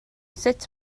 sut